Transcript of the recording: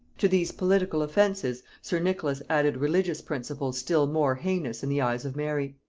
to these political offences, sir nicholas added religious principles still more heinous in the eyes of mary.